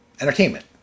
entertainment